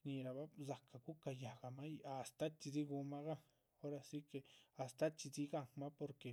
Shñíhirabah dzácah guca´ yáhgamah yíc, astáh chxídzi gúhunmah gan, ora si que astáh chxídzi gáhanmah porque